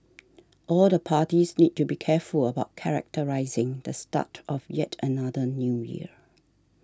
all the parties need to be careful about characterising the start of yet another New Year